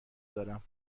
دارم